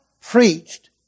preached